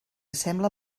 sembla